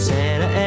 Santa